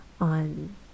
on